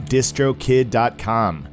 DistroKid.com